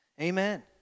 Amen